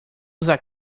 usar